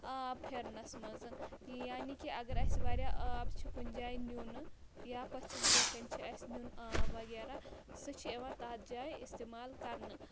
آب پھرنَس منٛز یعنی کہِ اگر اَسہِ واریاہ آب چھِ کُنہِ جایہِ نِیُن یا پٔژھِس برونٛہہ کَنہِ چھِ اَسہِ نِیُن آب وغیرہ سُہ چھِ یِوان تَتھ جایہِ استعمال کَرنہٕ